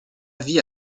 vie